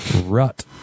Rut